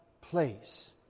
place